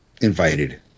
invited